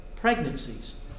pregnancies